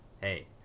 Hey